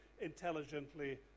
intelligently